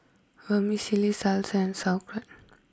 Vermicelli Salsa and Sauerkraut